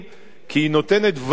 כי היא נותנת ודאות